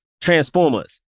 Transformers